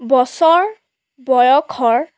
বছৰ বয়সৰ